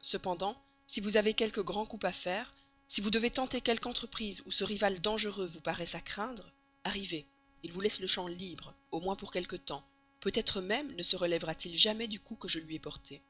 cependant si vous avez quelque grand coup à faire si vous devez tenter quelque entreprise où ce rival dangereux vous paraissait à craindre arrivez il vous laisse le champ libre au moins pour quelque temps peut-être même ne se relèvera t il jamais du coup que je lui ai porté